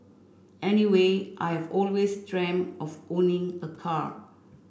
anyway I have always dreamt of owning a car